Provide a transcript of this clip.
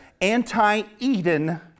anti-Eden